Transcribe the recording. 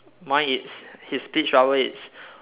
mine it's his speech bubble it's